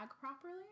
properly